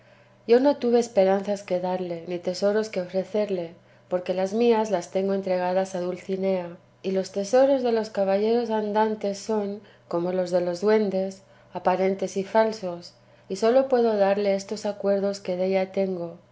yo no tuve esperanzas que darle ni tesoros que ofrecerle porque las mías las tengo entregadas a dulcinea y los tesoros de los caballeros andantes son como los de los duendes aparentes y falsos y sólo puedo darle estos acuerdos que della tengo